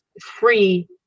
free